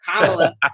Kamala